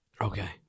Okay